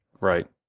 Right